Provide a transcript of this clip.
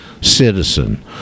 citizen